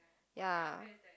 ya